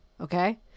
okay